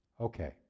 Okay